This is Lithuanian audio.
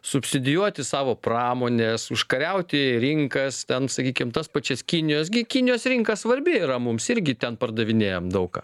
subsidijuoti savo pramonės užkariauti rinkas ten sakykim tas pačias kinijos gi kinijos rinka svarbi yra mums irgi ten pardavinėjam daug ką